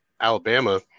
Alabama